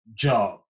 job